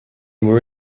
were